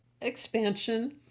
expansion